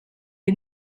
est